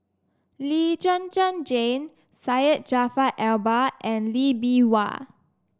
Lee Zhen Zhen Jane Syed Jaafar Albar and Lee Bee Wah